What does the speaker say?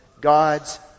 God's